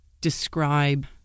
describe